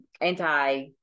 anti